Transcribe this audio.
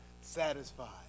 satisfied